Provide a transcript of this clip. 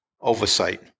oversight